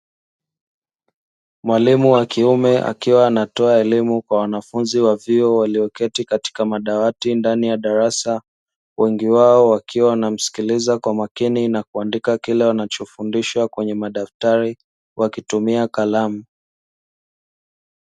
Mwalimu wa kiume akiwa anatoa elimu kwa wanafunzi wa vyuo wa vyuo walioketi katika madawati ndani ya darasa, wengi wao wakiwa wanamsikiliza kwa makini na kuandika kile wanachofundishwa kwenye madaftari wakitumia kalamu.